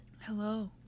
Hello